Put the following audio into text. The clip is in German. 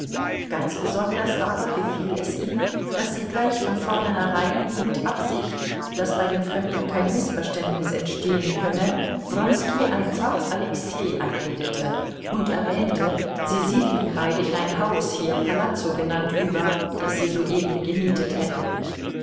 ganz besonders aber gefiel es ihm daß sie gleich von vornherein wie mit absicht daß bei dem fremden kein mißverständnis entstehen könne wronski einfach alexei anredete und erwähnte sie siedelten beide in ein haus hier palazzo genannt über das sie soeben gemietet hätten